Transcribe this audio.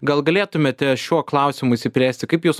gal galėtumėte šiuo klausimu išsiplėsti kaip jūs